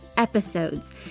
episodes